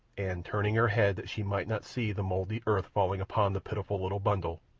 and, turning her head that she might not see the mouldy earth falling upon the pitiful little bundle,